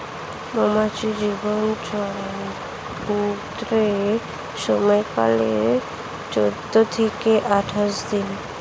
মৌমাছির জীবন চক্রের সময়কাল চৌদ্দ থেকে আঠাশ দিন